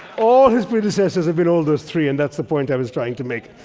all his predecessors have been all those three, and that's the point i was trying to make.